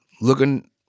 looking